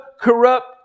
corrupt